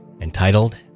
entitled